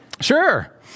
sure